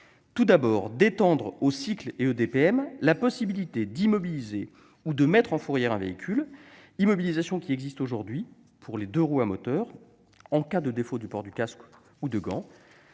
tout d'abord d'étendre aux cycles et aux EDPM la possibilité d'immobiliser ou de mettre en fourrière un véhicule, telle qu'elle existe déjà pour les deux-roues à moteur, en cas de défaut du port du casque ou de gants.